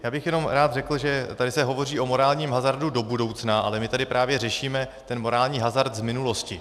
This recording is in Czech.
Já bych jenom rád řekl, že tady se hovoří o morálním hazardu do budoucna, ale my tady právě řešíme morální hazard z minulosti.